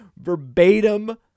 verbatim